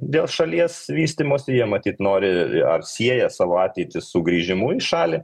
dėl šalies vystymosi jie matyt nori ar sieja savo ateitį su grįžimu į šalį